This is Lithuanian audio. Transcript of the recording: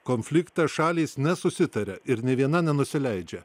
konflikte šalys nesusitaria ir nė viena nenusileidžia